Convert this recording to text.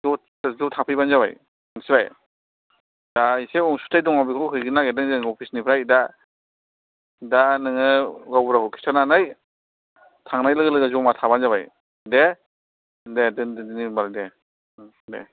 ज' थाफैबानो जाबाय मिथिबाय दा इसे अनसुंथाइ दङ बेखो हैग्रोनो नागिरदों जों अफिस निफ्राय दा नोङो गावबुराखौ खिन्थानानै थांनाय लोगो लोगो जमा थाफाबानो जाबाय दे दे दोननोसै होनबालाय दे दे